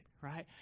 right